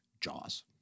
Jaws